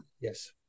yes